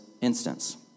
instance